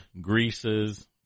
greases